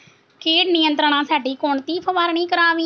कीड नियंत्रणासाठी कोणती फवारणी करावी?